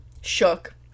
Shook